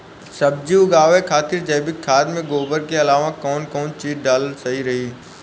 सब्जी उगावे खातिर जैविक खाद मे गोबर के अलाव कौन कौन चीज़ डालल सही रही?